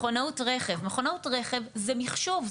מכונאות רכב מכונאות רכב זה מחשוב,